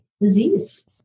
disease